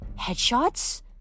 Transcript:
Headshots